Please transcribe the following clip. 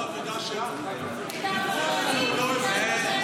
היא עושה את העבודה שלה.